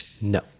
No